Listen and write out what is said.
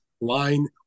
line